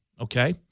Okay